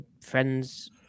friends